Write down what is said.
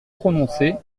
prononcer